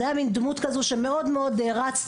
זו הייתה דמות כזו שמאוד מאוד הערצתי,